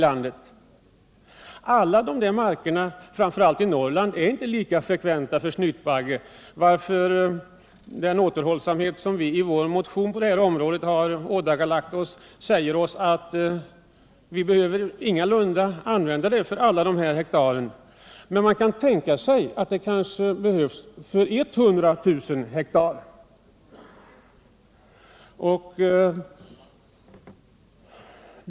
Alla dessa marker, framför allt i Norrland, är inte lika frekventa för snytbagge, varför den återhållsamhet som vi i vår motion ålagt oss på detta område säger oss att vi inte behöver använda DDT för alla dessa hektar. Men man kan tänka sig att DDT behövs för 100 000 hektar.